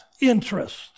interest